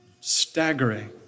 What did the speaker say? Staggering